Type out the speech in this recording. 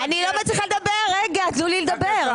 אני לא מצליחה לדבר, תנו לי לדבר.